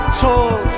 told